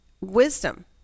Wisdom